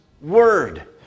Word